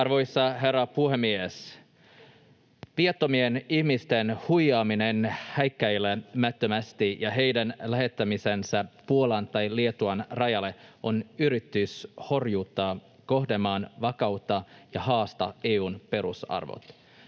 Arvoisa herra puhemies! Viattomien ihmisten huijaaminen häikäilemättömästi ja heidän lähettämisensä Puolan tai Liettuan rajalle on yritys horjuttaa kohdemaan vakautta ja haastaa EU:n perusarvot.